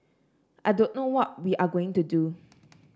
I don't know what we are going to do